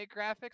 graphics